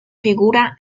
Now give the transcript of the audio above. figura